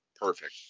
perfect